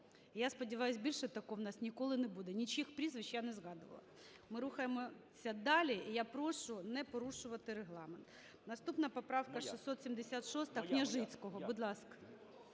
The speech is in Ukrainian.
Я сподіваюся, більше такого в нас ніколи не буде. Нічиїх прізвищ я не згадувала. Ми рухаємося далі, і я прошу не порушувати Регламент. Наступна поправка - 676, Княжицького. Будь ласка.